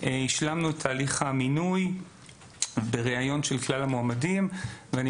השלמנו את תהליך המינוי בריאיון של כלל המועמדים ואני